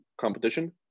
competition